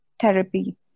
therapy